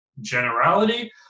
generality